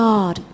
God